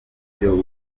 ibyo